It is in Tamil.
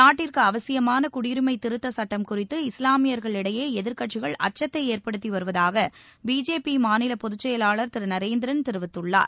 நாட்டிற்கு அவசியமான குடியுரிமை திருத்த சுட்டம் குறித்து இஸ்லாமியர்களிடையே எதிர்க்கட்சிகள் அச்சத்தை ஏற்படுத்தி வருவதாக பிஜேபி மாநில பொதுச் செயலாளர் திரு நரேந்திரன் தெரிவித்துள்ளார்